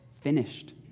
finished